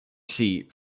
seat